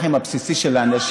זה הלחם הבסיסי של האנשים.